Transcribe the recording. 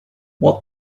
what